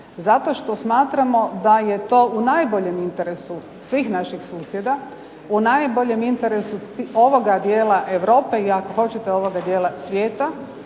Zato što smatramo da je to u najboljem interesu svih naših susjeda, u najboljem interesu ovoga dijela Europe i ako hoćete ovoga dijela svijeta